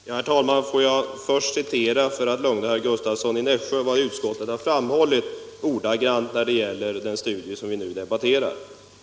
Herr talman! Låt mig först, för att lugna herr Gustavsson i Nässjö, citera vad utskottet sagt när det gäller den studie vi nu debatterar.